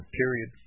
period